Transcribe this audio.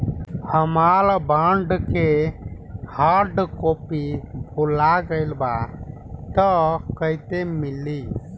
हमार बॉन्ड के hard copy भुला गएलबा त कैसे मिली?